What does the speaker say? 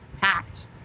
packed